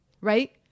right